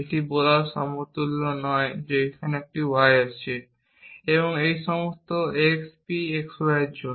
এটি বলার সমতুল্য নয় যে একটি y আছে এইভাবে সমস্ত x p x y এর জন্য